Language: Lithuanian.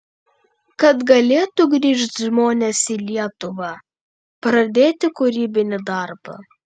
kad galėtų grįžt žmonės į lietuvą pradėti kūrybinį darbą